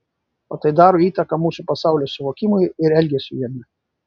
o tai daro įtaką mūsų pasaulio suvokimui ir elgesiui jame